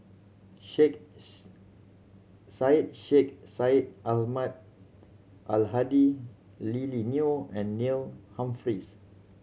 Sheikh Syed Sheikh Syed Ahmad Al Hadi Lily Neo and Neil Humphreys